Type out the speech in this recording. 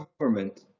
government